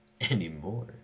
Anymore